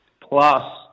plus